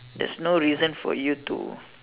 there's no reason for you to